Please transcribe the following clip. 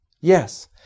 Yes